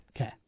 Okay